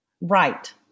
Right